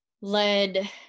led